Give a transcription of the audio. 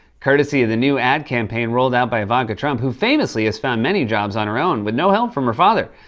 courtesy of the new ad campaign rolled out by ivanka trump, who, famously, has found many jobs on her own, with no help from her father.